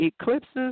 eclipses